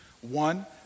One